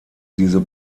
diese